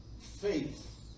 faith